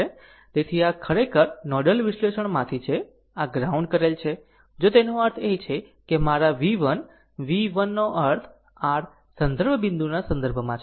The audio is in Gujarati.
તેથી આ ખરેખર નોડલ વિશ્લેષણમાંથી છે આ ગ્રાઉન્ડ કરેલ છે જો તેનો અર્થ એ છે કે મારા v 1 v 1 નો અર્થ r સંદર્ભ બિંદુના સંદર્ભમાં છે